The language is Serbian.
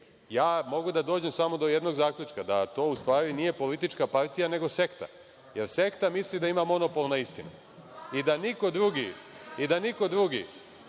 Mogu da dođem samo do jednog zaključka, da to u stvari nije politička partija, nego sekta, jer sekta misli da ima monopol na istinu i da niko drugi